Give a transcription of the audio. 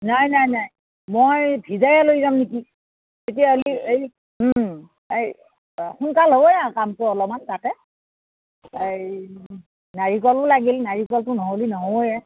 নাই নাই নাই মই ভিজায়ে লৈ যাম নেকি তেতিয়াহ'লি এই এই সোনকাল হয় আৰু কামটো অলপমান তাকে এই নাৰিকলো লাগিল নাৰিকলটো নহলি নহ'বয়ে